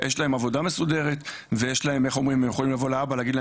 עבודה מסודרת וזה לא שהוא יכול להגיד לאבא,